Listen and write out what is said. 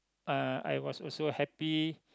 uh I was also happy